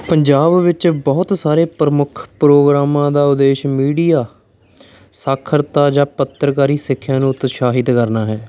ਪੰਜਾਬ ਵਿੱਚ ਬਹੁਤ ਸਾਰੇ ਪ੍ਰਮੁੱਖ ਪ੍ਰੋਗਰਾਮਾਂ ਦਾ ਉਦੇਸ਼ ਮੀਡੀਆ ਸਾਖਰਤਾ ਜਾਂ ਪੱਤਰਕਾਰੀ ਸਿੱਖਿਆਂ ਨੂੰ ਉਤਸ਼ਾਹਿਤ ਕਰਨਾ ਹੈ